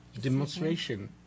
demonstration